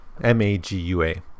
M-A-G-U-A